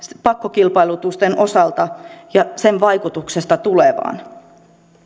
pakkokilpailutusten osalta ja sen vaikutuksesta tulevaan